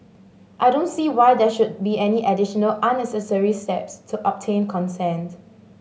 I don't see why there should be any additional unnecessary steps to obtain consent